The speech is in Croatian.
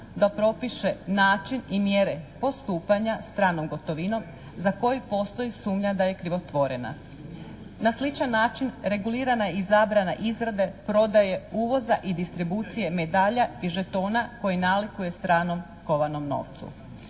da propiše način i mjere postupanja stranom gotovinom za koji postoji sumnja da je krivotvorena. Na sličan način regulirana je i zabrana izrade, prodaje i uvoza i distribucije medalja i žetona koji nalikuje stranom kovanom novcu.